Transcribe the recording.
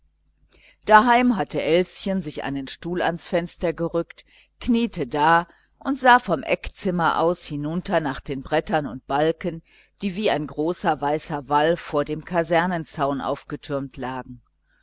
daheim hatte elschen sich einen stuhl ans fenster gerückt kniete da und sah vom eckzimmer aus hinunter nach den brettern und balken die wie ein großer weißer wall vor dem kasernenzaun aufgetürmt lagen